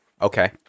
Okay